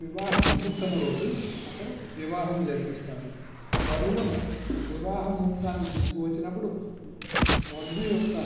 వివాహ ముహూర్తం రోజు అక్కడ వివాహం జరిపిస్తారు వధువును వివాహ ముహూర్తానికి తీసుకొచ్చినప్పుడు వధువు యొక్క